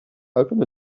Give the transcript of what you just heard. open